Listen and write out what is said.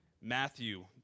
Matthew